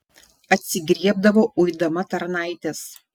atsigriebdavo uidama tarnaites